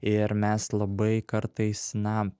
ir mes labai kartais na